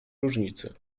różnicy